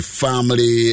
family